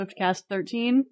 SwiftCast13